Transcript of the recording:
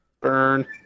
Burn